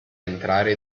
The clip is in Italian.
entrare